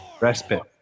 Respite